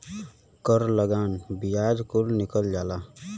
कर लगान बियाज कुल गिनल जाला